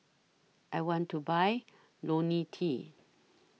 I want to Buy Lonil T